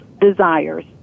desires